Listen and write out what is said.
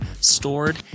stored